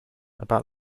about